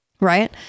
Right